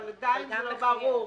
אבל עדיין לא ברור.